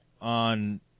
on